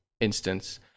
instance